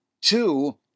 two